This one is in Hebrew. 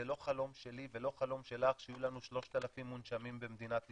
זה לא חלום שלי ולא חלום שלך שיהיו לנו 3,000 מונשמים במדינת ישראל.